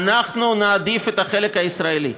אנחנו נעדיף את החלק הישראלי,